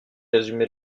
résumé